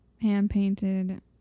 hand-painted